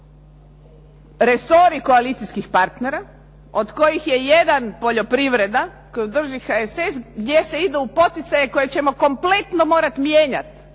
Resori koalicijskih partnera od kojih je 1 poljoprivreda koji drži HSS gdje se ide u poticaje koje ćemo kompletno morati mijenjati